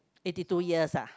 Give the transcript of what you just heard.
eighty two years ah